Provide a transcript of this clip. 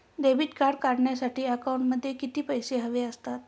Debit card काढण्यासाठी अकाउंटमध्ये किती पैसे हवे असतात?